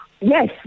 Yes